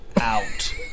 out